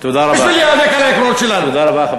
תודה רבה.